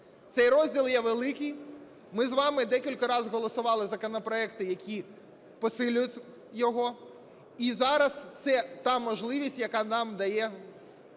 Цей розділ є великий. Ми з вами декілька раз голосували законопроекти, які посилюють його. І зараз це та можливість, яку нам дає